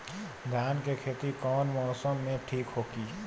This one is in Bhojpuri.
धान के खेती कौना मौसम में ठीक होकी?